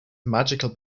magical